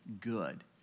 good